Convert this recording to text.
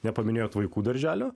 nepaminėjot vaikų darželio